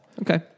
Okay